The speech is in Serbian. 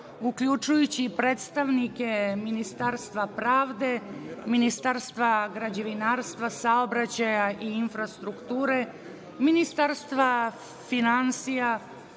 uključujući i predstavnike Ministarstva pravde, Ministarstva građevinarstva, saobraćaja i infrastrukture, Ministarstva finansija,